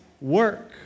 work